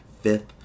fifth